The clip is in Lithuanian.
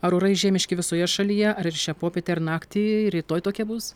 ar orai žiemiški visoje šalyje ar ir šią popietę ir naktį rytoj tokie bus